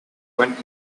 went